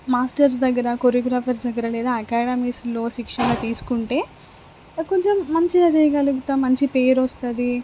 masters దగ్గర choreographers దగ్గర లేదా అకాడమీస్లో శిక్షణ తీసుకుంటే కొంచెం మంచిగా చేయగలుగుతుంది మంచి పేరు వస్తుంది